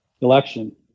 election